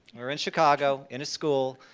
we were in chicago, in a school,